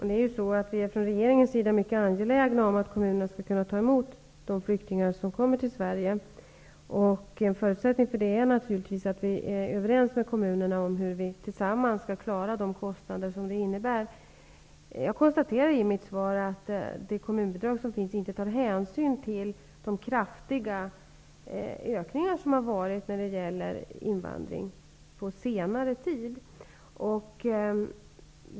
Herr talman! Från regeringens sida är vi mycket angelägna om att kommunerna skall kunna ta emot de flyktingar som kommer till Sverige. En förutsättning därför är naturligtvis att vi är överens med kommunerna hur vi tillsammans skall kunna klara de kostnader som detta innebär . Jag konstaterar i mitt svar att det i det kommunbidrag som finns inte tas hänsyn till de kraftiga ökningar som har varit när det gäller invandring på senare tid.